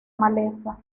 maleza